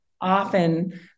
often